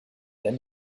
then